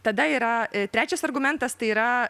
tada yra trečias argumentas tai yra